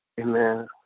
Amen